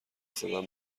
زدن